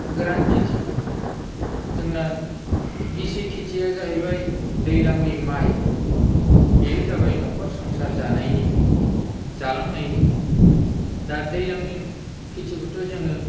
गोरान खेथि जोंना गिसि खेथिया जाहैबाय दैज्लांनि माइ बे जाबाय न'खर संसार जानायनि जालांनायनि दा दैज्लांनि खेथिखौथ' जोङो